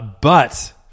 But-